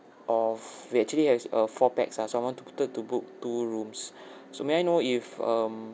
of actually I has uh four pax ah so I wanted to book two rooms so may I know if um